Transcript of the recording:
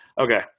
Okay